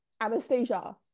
Anastasia